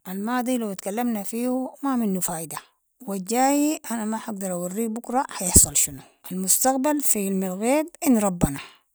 الماضي لو اتكلمنا فيهو ما منو فايدة و الجاي انا ما حقدر اوريك بكرة حيحصل شنو، المستقبل في علم المغيب عند ربنا.